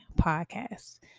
podcast